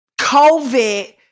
COVID